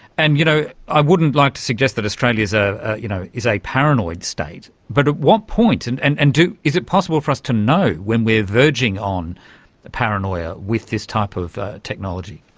and you know i wouldn't like to suggest that australia is ah you know is a paranoid state, but at what point, and and and is it possible for us to know when we are verging on the paranoia with this type of technology?